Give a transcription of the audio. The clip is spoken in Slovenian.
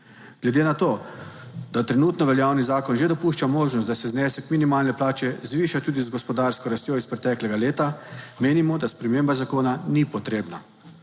Glede na to, da trenutno veljavni zakon že dopušča možnost, da se znesek minimalne plače zviša tudi z gospodarsko rastjo iz preteklega leta. Menimo, da sprememba zakona ni potrebna,